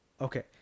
okay